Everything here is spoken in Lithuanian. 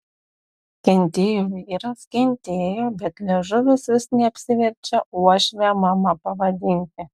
kentėjo vyras kentėjo bet liežuvis vis neapsiverčia uošvę mama pavadinti